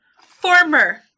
Former